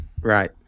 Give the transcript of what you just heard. Right